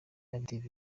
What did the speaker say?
active